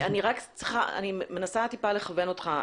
אני מנסה לכוון אותך,